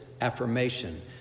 affirmation